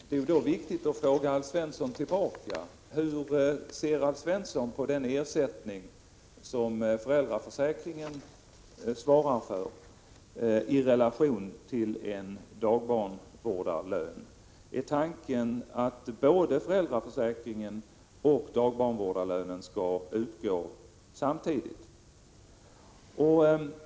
Det är då angeläget att få veta hur Alf Svensson ser på den ersättning som föräldraförsäkringen svarar för i relation till en dagbarnvårdarlön. Är tanken att både föräldraförsäkringen och dagbarnvårdarlönen skall utgå samtidigt?